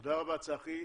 תודה רבה, צחי.